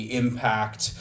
impact